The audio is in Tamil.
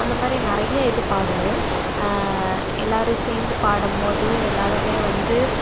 அந்தமாதிரி நிறைய இது பாடுவோம் எல்லாேரும் சேர்ந்து பாடும்போது எல்லாேருமே வந்து